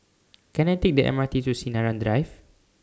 Can I Take The M R T to Sinaran Drive